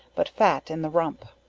but fat in the rump.